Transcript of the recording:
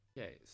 Okay